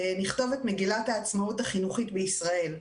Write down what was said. נכתוב את מגילת העצמאות החינוכית בישראל,